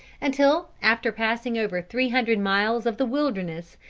until after passing over three hundred miles of the wilderness,